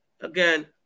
Again